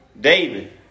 David